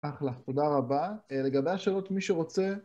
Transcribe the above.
אחלה, תודה רבה. לגבי השאלות מי שרוצה...